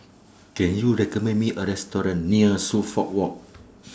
Can YOU recommend Me A Restaurant near Suffolk Walk